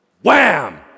Wham